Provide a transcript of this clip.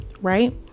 right